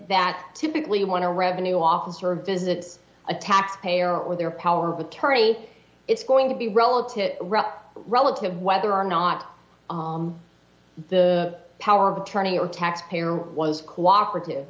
that typically want to revenue officer visits a tax payer or their power of attorney it's going to be relative relative whether or not the power of attorney or tax payer was co operative